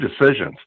decisions